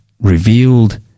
revealed